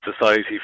society